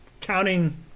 counting